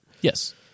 Yes